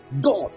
God